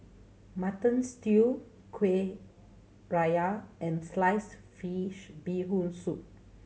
Mutton Stew Kuih Syara and sliced fish Bee Hoon Soup